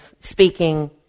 speaking